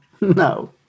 No